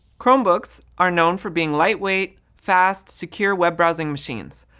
chromebooks are known for being lightweight, fast, secure web browsing machines.